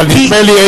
אבל נדמה לי,